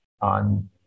on